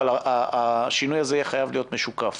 אבל השינוי הזה חייב להיות משוקף,